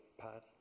Pat